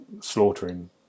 slaughtering